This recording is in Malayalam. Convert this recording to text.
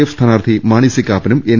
എഫ് സ്ഥാനാർത്ഥി മാണി സി കാപ്പനും എൻ